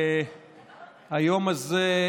אחד היוזמים של החוק.